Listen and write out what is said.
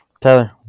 Tyler